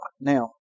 Now